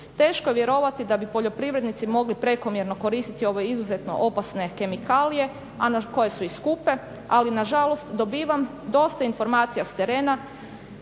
Teško je vjerovati da bi poljoprivrednici mogli prekomjerno koristiti ove izuzetno opasne kemikalije, koje su i skupe ali nažalost dobivam dosta informacija s terena